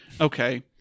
Okay